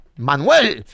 Manuel